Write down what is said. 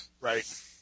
Right